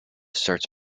starts